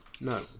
no